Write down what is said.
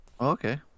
Okay